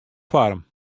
foarm